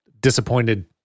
disappointed